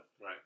right